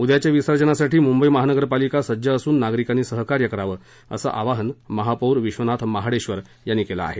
उद्याच्या गणेश विसर्जनासाठी मुंबई महानगर पालिका सज्ज असून नागरिकांनी सहकार्य करावं असं अवाहन महापौर विश्वनाथ महाडेबर यांनी केलं आहे